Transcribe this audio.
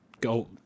go